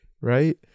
right